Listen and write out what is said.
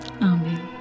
Amen